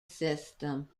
system